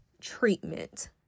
treatment